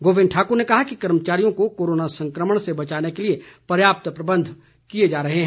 गोविंद ठाकुर ने कहा कि कर्मचारियों को कोरोना संकमण से बचाने के लिए पर्याप्त प्रबंध किए जा रहे हैं